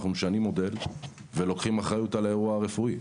אנחנו משנים מודל ולוקחים אחריות על האירוע הרפואי.